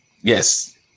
yes